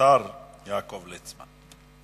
השר יעקב ליצמן.